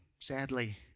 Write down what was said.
sadly